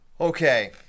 Okay